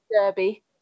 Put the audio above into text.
Derby